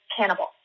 cannibal